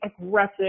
aggressive